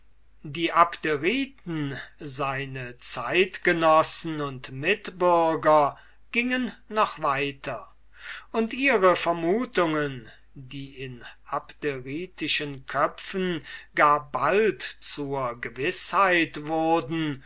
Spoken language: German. die abderiten seine zeitgenossen und mitbürger gingen noch weiter und ihre vermutungen die in abderitischen köpfen gar bald zur gewißheit wurden